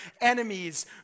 enemies